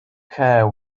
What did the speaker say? care